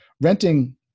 renting